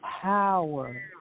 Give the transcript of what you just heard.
power